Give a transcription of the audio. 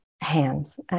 hands